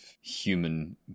human